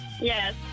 Yes